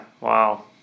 wow